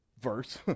verse